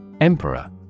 Emperor